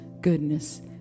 goodness